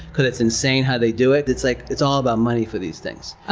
because it's insane how they do it. it's like it's all about money for these things. ah